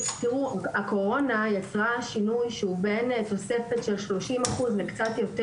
הקורונה יצרה שינוי שהוא בין תוספת של 30% לקצת יותר.